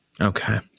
Okay